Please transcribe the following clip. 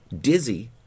Dizzy